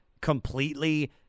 completely